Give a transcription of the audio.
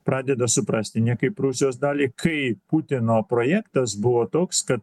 pradeda suprasti ne kaip rusijos dalį kai putino projektas buvo toks kad